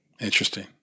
Interesting